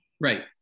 Right